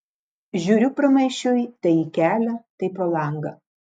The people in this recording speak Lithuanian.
žiūriu pramaišiui tai į kelią tai pro langą